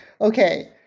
okay